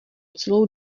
celou